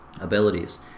abilities